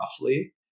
roughly